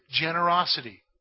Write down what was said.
generosity